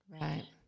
Right